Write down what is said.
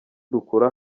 dukura